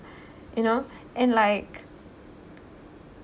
you know and like